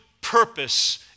purpose